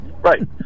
Right